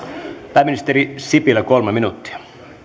pääministeri sipilä kolme minuuttia